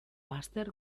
bazter